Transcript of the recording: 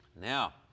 now